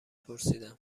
پرسیدم